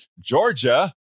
Georgia